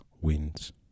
wins